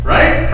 Right